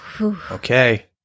Okay